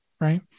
right